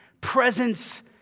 presence